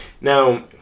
Now